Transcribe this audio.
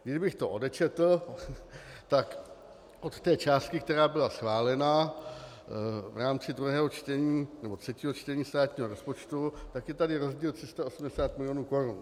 Kdybych to odčetl, tak od té částky, která byla schválena v rámci druhého čtení nebo třetího čtení státního rozpočtu, tak je tady rozdíl 380 milionů korun.